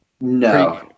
No